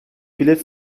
bilet